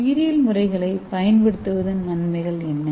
உயிரியல் முறைகளைப் பயன்படுத்துவதன் நன்மைகள் என்ன